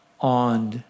on